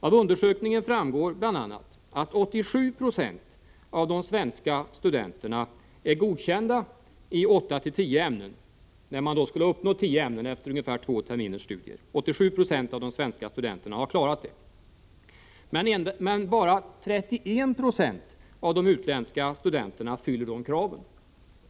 Av undersökningen framgår bl.a. att 87 Jo av de svenska studenterna är godkända i 8-10 ämnen — man räknar med att studenterna skall klara 10 ämnen efter ungefär två terminers studier — medan bara 31 96 av de utländska studerandena uppfyller de uppställda kraven.